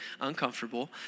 uncomfortable